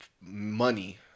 money